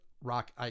rock